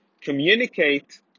communicate